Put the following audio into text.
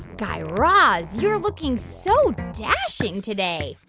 guy raz, you're looking so dashing today.